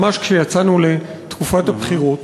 ממש כשיצאנו לתקופת הבחירות.